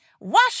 Wash